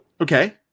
Okay